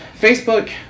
Facebook